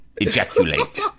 Ejaculate